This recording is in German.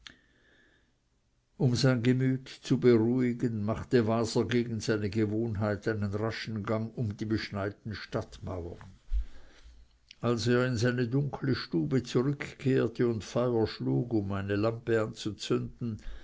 um sein gemüt zu beruhigen machte waser gegen seine gewohnheit einen raschen gang um die beschneiten stadtmauern als er in seine dunkle stube zurückkehrte und feuer schlug um seine lampe